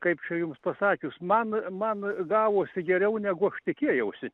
kaip čia jums pasakius man man gavosi geriau negu aš tikėjausi